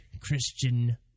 Christian